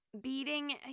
Beating